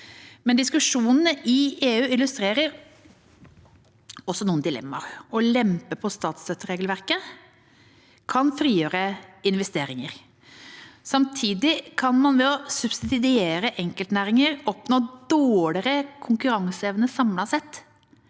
Diskusjonene i EU illustrerer imidlertid også noen dilemmaer. Å lempe på statsstøtteregelverket kan frigjøre investeringer. Samtidig kan man ved å subsidiere enkeltnæringer oppnå dårligere konkurranseevne samlet sett,